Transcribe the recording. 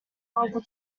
uncle